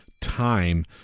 time